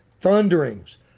thunderings